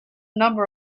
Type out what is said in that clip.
number